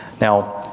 Now